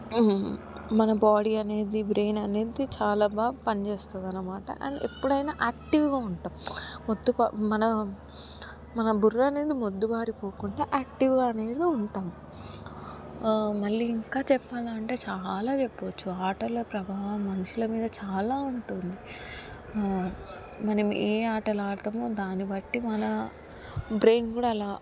మన బాడీ అనేది బ్రెయిన్ అనేది చాలా బాగా పనిచేస్తుంది అనమాట అండ్ ఎప్పుడైనా యాక్టివ్గా ఉంటాం మొద్దు బారి మన మన బుర్ర అనేది మొద్దు బారిపోకుండా యాక్టివ్గా అనేది ఉంటాం మళ్ళీ ఇంకా చెప్పాలా అంటే చాలా చెప్పవచ్చు ఆటలు ప్రభావం మనుషుల మీద చాలా ఉంటుంది మనం ఏ ఆటలాడతామో దాన్నిబట్టి మన బ్రెయిన్ కూడా అలా